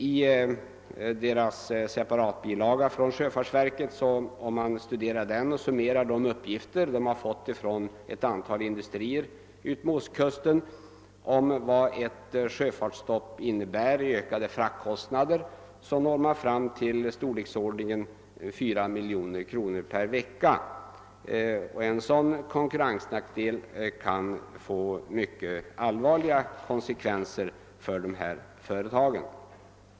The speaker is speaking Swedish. Om man studerar sjöfartsverkets separatbilaga och summerar de uppgifter som verket fått från ett antal industrier utmed ostkusten om vad ett sjöfartsstopp innebär i form av ökade fraktkostnader, når man fram till summan 4 miljoner kronor per vecka. En sådan konkurrensnackdel kan få mycket allvarliga konsekvenser för dessa företag.